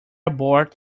abort